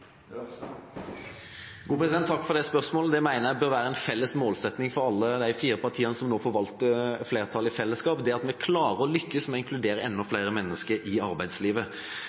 Ropstad er viktig for å hjelpe folk fra trygd til trygg jobb? Takk for det spørsmålet. Det jeg mener bør være en felles målsetting for alle de fire partiene som nå forvalter flertallet i fellesskap, er at vi klarer å lykkes med å inkludere enda flere mennesker i arbeidslivet.